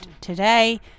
today